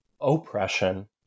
oppression